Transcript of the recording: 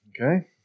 Okay